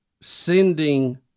sending